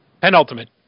Penultimate